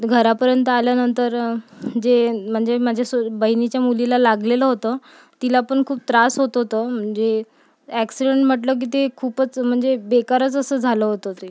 घरापर्यंत आल्यानंतर जे म्हणजे माझ्या सु बहिणीच्या मुलीला लागलेलं होतं तिलापण खूप त्रास होत होता म्हणजे अॅक्सिडेन्ट म्हटलं की ते खूपच म्हणजे बेकारच असं झालं होतं ते